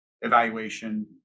evaluation